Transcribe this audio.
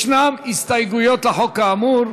יש הסתייגויות לחוק, כאמור.